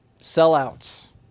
sellouts